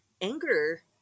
anger